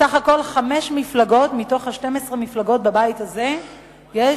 בסך הכול בחמש מפלגות מתוך 12 המפלגות בבית הזה יש